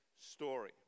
story